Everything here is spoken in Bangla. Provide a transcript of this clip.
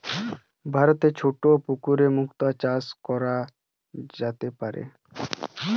ভারতে ছোট পুকুরেও মুক্তা চাষ কোরা যেতে পারে